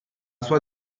sua